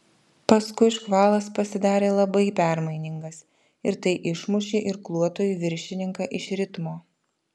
paskui škvalas pasidarė labai permainingas ir tai išmušė irkluotojų viršininką iš ritmo